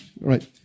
right